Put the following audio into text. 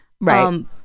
right